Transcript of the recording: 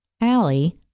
Allie